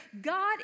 God